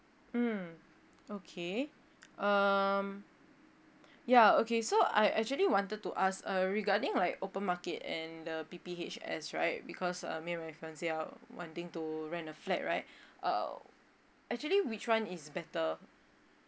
mm okay um ya okay so I actually wanted to ask uh regarding like open market and the P_P_H_S right because um me and fiancee are wanting to rent a flat right uh actually which one is better